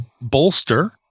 bolster